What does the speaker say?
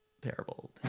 terrible